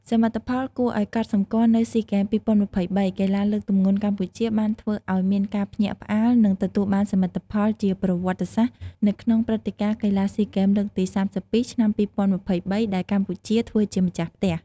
សមិទ្ធផលគួរឱ្យកត់សម្គាល់នៅ SEA Games 2023 កីឡាលើកទម្ងន់កម្ពុជាបានធ្វើឱ្យមានការភ្ញាក់ផ្អើល និងទទួលបានសមិទ្ធផលជាប្រវត្តិសាស្ត្រ នៅក្នុងព្រឹត្តិការណ៍កីឡាស៊ីហ្គេមលើកទី៣២ ឆ្នាំ២០២៣ ដែលកម្ពុជាធ្វើជាម្ចាស់ផ្ទះ។